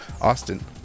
Austin